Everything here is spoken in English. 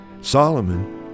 Solomon